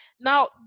Now